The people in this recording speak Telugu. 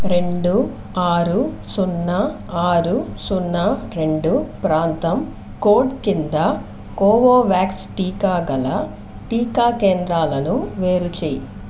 రెండు ఆరు సున్నా ఆరు సున్నా రెండు ప్రాంతం కోడ్ క్రింద కోవోవ్యాక్స్ టీకా గల టీకా కేంద్రాలను వేరు చెయ్యి